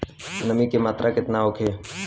नमी के मात्रा केतना होखे?